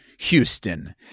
Houston